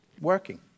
working